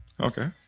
Okay